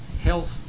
health